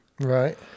Right